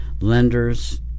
lenders